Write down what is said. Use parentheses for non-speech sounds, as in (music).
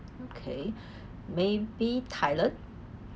okay (breath) maybe thailand